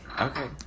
Okay